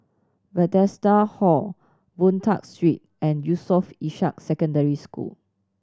Bethesda Hall Boon Tat Street and Yusof Ishak Secondary School